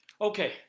okay